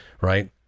right